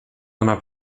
ona